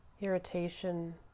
irritation